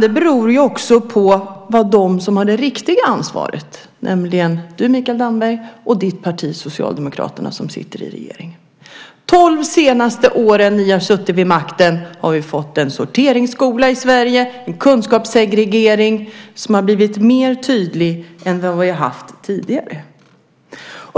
Det beror också på vad de som har det riktiga ansvaret, nämligen du, Mikael Damberg, och ditt parti, Socialdemokraterna, som sitter i regeringen, har gjort. De tolv senaste åren som ni har suttit vid makten har vi fått en sorteringsskola i Sverige. Vi har fått en kunskapssegregering som har blivit mer tydlig än den har varit tidigare.